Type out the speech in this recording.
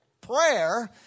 prayer